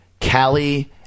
Callie